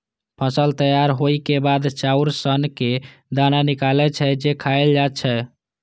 फसल तैयार होइ के बाद चाउर सनक दाना निकलै छै, जे खायल जाए छै